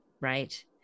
right